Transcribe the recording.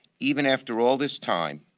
even after all this time,